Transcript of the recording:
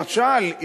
למשל,